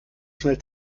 schnell